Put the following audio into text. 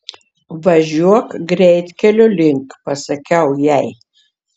važiuok greitkelio link pasakiau jai